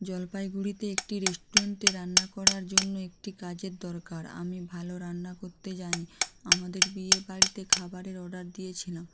জলপাইগুড়িতে একটি রেস্টুরেন্টে রান্না করার জন্যে একটি কাজের দরকার আমি ভালো রান্না করতে জানি আমাদের বিয়ে বাড়িতে খাবারের অর্ডার দিয়েছিলাম